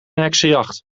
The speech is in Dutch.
heksenjacht